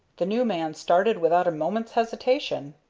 the new man started without a moment's hesitation.